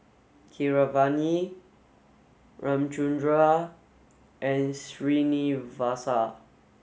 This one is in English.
Keeravani Ramchundra and Srinivasa